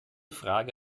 frage